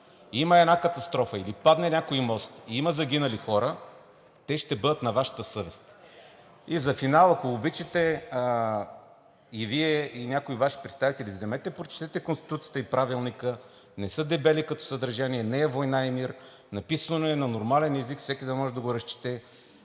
ли една катастрофа, или падне някой мост и има загинали хора, те ще бъдат на Вашата съвест. И за финал, ако обичате, и Вие, и някои Ваши представители, вземете прочетете Конституцията и Правилника. Не са дебели като съдържание, не е „Война и мир“. Написано е на нормален език, всеки да може да го разчете.